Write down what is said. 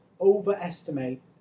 overestimate